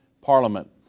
parliament